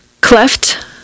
cleft